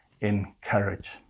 encourage